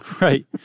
Right